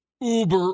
uber